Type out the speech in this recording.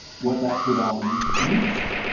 what that predominance means.